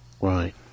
Right